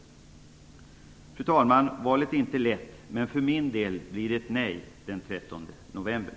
Fru talman! Valet är inte lätt. För min del blir det ett nej den 13 november.